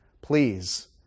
Please